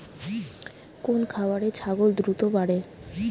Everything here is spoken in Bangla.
কোন খাওয়ারে ছাগল দ্রুত বাড়ে?